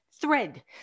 thread